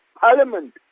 Parliament